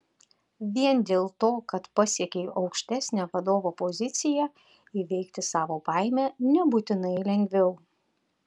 vien dėl to kad pasiekei aukštesnę vadovo poziciją įveikti savo baimę nebūtinai lengviau